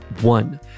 one